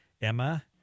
Emma